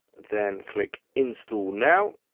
then click instal now.